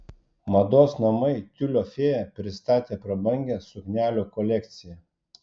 mados namai tiulio fėja pristatė prabangią suknelių kolekciją